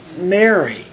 Mary